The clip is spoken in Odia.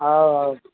ହଉ ହଉ